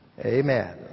Amen